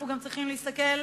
אנחנו גם צריכים להסתכל